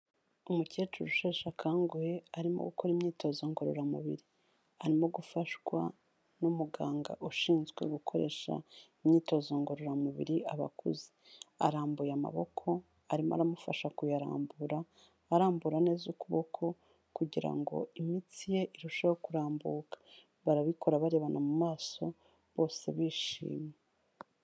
Umukecuru usheshe akanguhe, arimo gukora imyitozo ngororamubiri, arimo gufashwa n'umuganga ushinzwe gukoresha imyitozo ngororamubiri abakuze, arambuye amaboko, arimo aramufasha kuyarambura, arambura neza ukuboko kugira ngo imitsi ye irusheho kurambuka, barabikora barebana mu maso, bose bishimye.